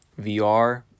vr